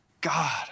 God